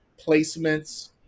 placements